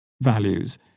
values